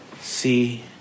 see